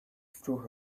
through